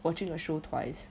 watching a show twice